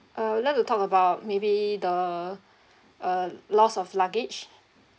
uh I would like to talk about maybe the uh lost of luggage